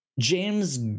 James